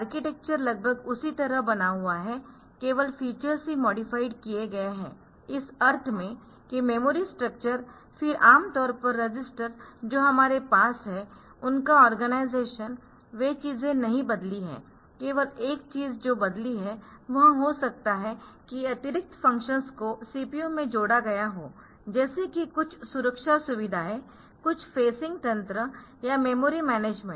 architecture लगभग उसी तरह बना हुआ है केवल फीचर्स ही मॉडिफाइड किए गए है इस अर्थ में कि मेमोरी स्ट्रक्चर फिर आमतौर पर रजिस्टर जो हमारे पास है उनका आर्गेनाईजेशन वे चीजें नहीं बदली है केवल एक चीज जो बदली है वह हो सकता है की अतिरिक्त फ़ंक्शंस को CPU में जोड़ा गया हो जैसे कि कुछ सुरक्षा सुविधाएँ कुछ फ़ेसिंग तंत्र या मेमोरी मैनेजमेंट